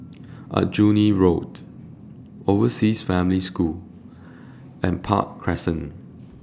Aljunied Road Overseas Family School and Park Crescent